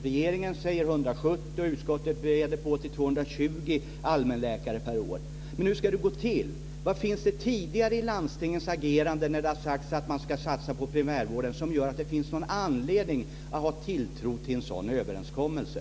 Regeringen säger 170, och utskottet ökar till 220 allmänläkare per år. Men hur ska det gå till? Vad finns det tidigare i landstingens agerande när det har sagts att man ska satsa på primärvården som gör att det finns någon anledning att ha tilltro till en sådan överenskommelse?